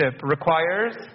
requires